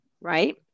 right